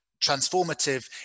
transformative